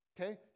okay